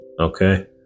Okay